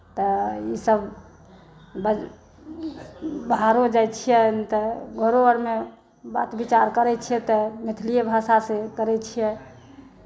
तऽ ई सभ बाहरो जाइ छियै तऽ घरो आरमे बात विचार करै छियै तऽ मैथिलीए भाषा से करै छियै